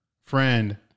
friend